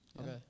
Okay